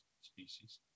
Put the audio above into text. species